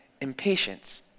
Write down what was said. impatience